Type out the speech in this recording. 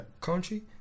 Country